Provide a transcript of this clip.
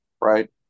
right